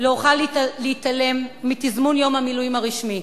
לא אוכל להתעלם מתזמון יום המילואים הרשמי,